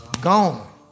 gone